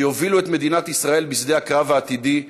שיובילו את מדינת ישראל בשדה הקרב העתידי,